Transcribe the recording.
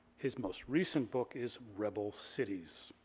his most recent book is rebel cities.